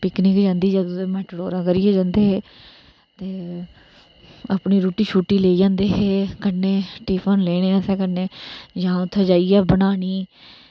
picnic जंदे हे मेटाडोरा करियै जंदे है अपनी रुटी शुटी लेई जादें है टिफिन कन्ने लेने जां उत्थै जाइयै बनानी